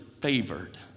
favored